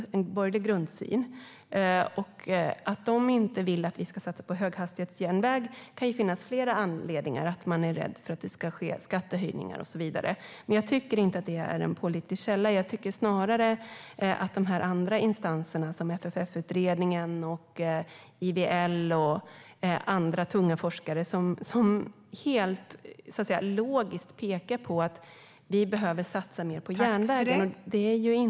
Det kan finnas flera anledningar till att man inte vill att vi ska satsa på höghastighetsjärnväg, till exempel att man är rädd för att det ske skattehöjningar och så vidare. Men jag tycker inte att SNS är en pålitlig källa. Andra instanser, som FFF-utredningen, IVL och andra tunga forskare, pekar helt logiskt på att vi behöver satsa mer på järnvägen.